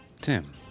Tim